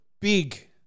big